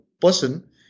person